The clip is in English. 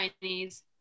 chinese